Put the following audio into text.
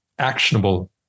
actionable